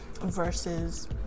versus